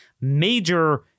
major